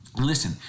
Listen